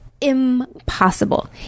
impossible